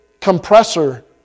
compressor